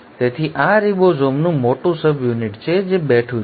તેથી આ રિબોઝોમનું મોટું સબયુનિટ છે જે બેઠું છે